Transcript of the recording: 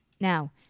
Now